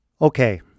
Okay